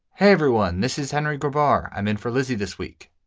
everyone. this is henry gravois. i'm in for lizzi this week.